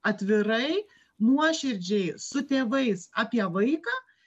atvirai nuoširdžiai su tėvais apie vaiką